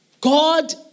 God